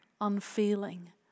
unfeeling